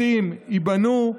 בתים ייבנו,